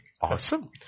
Awesome